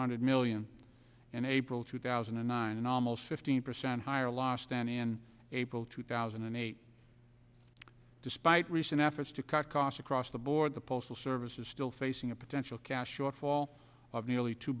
hundred million in april two thousand and nine and almost fifteen percent higher law stand in april two thousand and eight despite recent efforts to cut costs across the board the postal service is still facing a potential cash shortfall of nearly two